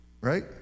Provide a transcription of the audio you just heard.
Right